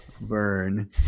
burn